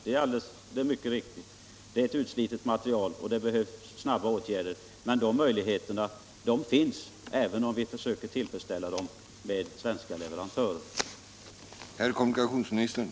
Det är alldeles riktigt att den gamla motorvagnsmaterielen är utsliten och att snabba åtgärder behövs, men de möjligheterna finns ju även om vi försöker tillfredsställa behovet genom att anlita svenska leverantörer.